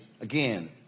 again